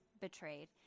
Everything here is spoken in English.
betrayed